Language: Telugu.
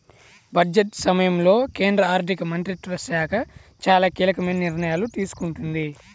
బడ్జెట్ సమయంలో కేంద్ర ఆర్థిక మంత్రిత్వ శాఖ చాలా కీలకమైన నిర్ణయాలు తీసుకుంది